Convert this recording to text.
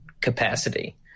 capacity